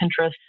Pinterest